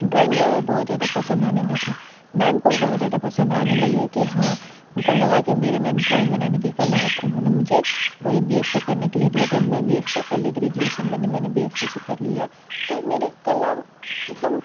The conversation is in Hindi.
ड्राॅइंग लोगों को बहुत ज़्यादा पसंद आने लगी मैम को भी बहुत ज़्यादा पसंद आने लगी कि हाँ उनको लगा कि मेरे में ड्राॅइंग बनाने की कला है तो उन्होंने मुझे वही बी एफ़ ए करने के लिए दिया जब मैं बी एफ़ ए कर ली ग्रेजुएशन मैंने मैंने बी एफ़ ए से कर लिया तो मेरी कला मतलब